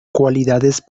cualidades